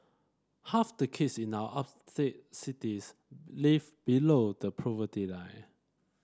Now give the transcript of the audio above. half the kids in our upstate cities live below the poverty line